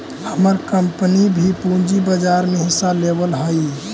हमर कंपनी भी पूंजी बाजार में हिस्सा लेवअ हई